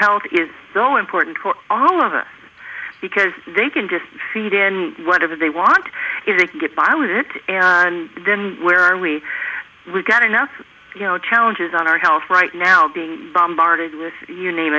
health is so important for all of us because they can just feed in whatever they want is they can get by with it and then where are we really got enough you know challenges on our health right now being bombarded with you name